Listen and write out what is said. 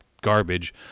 garbage